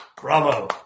Bravo